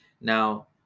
Now